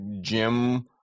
Jim